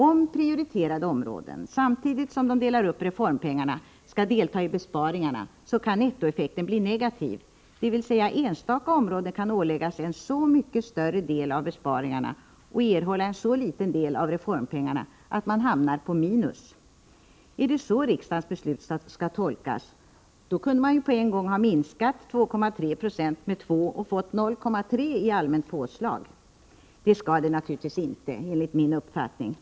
Om de prioriterade områdena samtidigt som de delar upp reformpengarna skall ta del av besparingarna, kan nettoeffekten bli negativ, dvs. enstaka områden kan åläggas en så mycket större del av besparingarna och erhålla en så liten del av reformpengarna att man hamnar på minus. Är det så riksdagens beslut skall tolkas? Då kunde man ju på en gång ha minskat 2,3 Ze med 2,0 90 och fått 0,3 20 i allmänt påslag. Enligt min uppfattning skall det naturligtvis inte vara på det sättet.